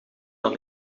dan